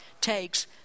takes